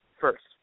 first